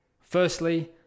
Firstly